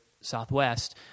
Southwest